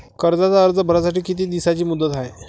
कर्जाचा अर्ज भरासाठी किती दिसाची मुदत हाय?